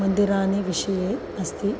मन्दिराणि विषये अस्ति